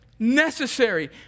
Necessary